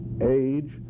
age